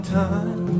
time